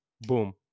boom